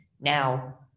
Now